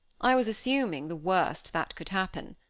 i was assuming the worst that could happen.